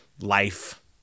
life